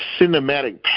cinematic